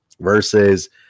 versus